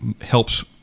helps